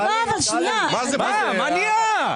מה נהיה?